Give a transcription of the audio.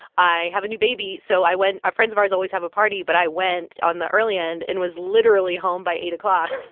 i have a new baby. so i went ah friends of ours always have a party. but i went on the early end and was literally home by eight o'clock.